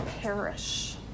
perish